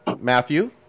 Matthew